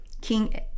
King